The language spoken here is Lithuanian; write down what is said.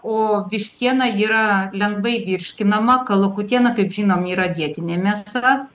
o vištiena yra lengvai virškinama kalakutiena kaip žinome yra dietinė mėsa